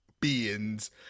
beings